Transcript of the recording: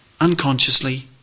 Unconsciously